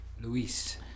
Luis